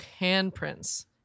handprints